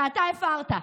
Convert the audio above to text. ואתה הפרת.